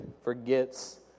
forgets